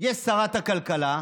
יש שרת הכלכלה,